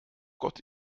gott